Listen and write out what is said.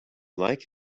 like